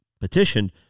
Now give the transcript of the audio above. petitioned